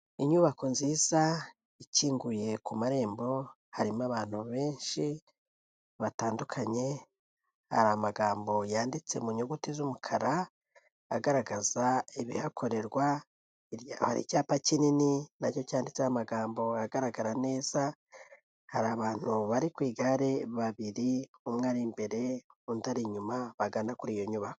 Inyubako nziza, ikinguye ku marembo, harimo abantu benshi batandukanye, hari amagambo yanditse mu nyuguti z'umukara, agaragaza ibihakorerwa, hirya hari icyapa kinini nacyo cyanditseho amagambo agaragara neza, hari abantu bari ku igare babiri, umwe ari imbere undi ari inyuma, bagana kuri iyo nyubako.